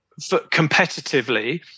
competitively